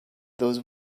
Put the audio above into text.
those